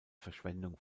verschwendung